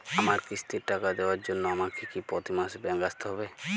আমার কিস্তির টাকা দেওয়ার জন্য আমাকে কি প্রতি মাসে ব্যাংক আসতে হব?